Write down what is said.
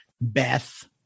Beth